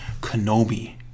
Kenobi